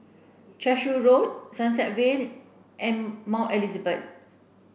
Cashew Road Sunset Vale and Mount Elizabeth